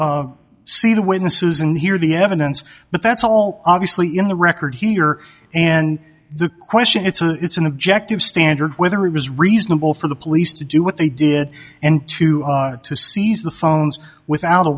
to see the witnesses and hear the evidence but that's all obviously in the record here and the question it's a it's an objective standard whether it was reasonable for the police to do what they did and to seize the phones without a